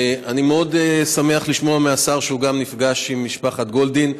אני מאוד שמח לשמוע מהשר שהוא גם נפגש עם משפחת גולדין,